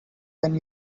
when